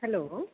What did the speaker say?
hello